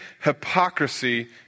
hypocrisy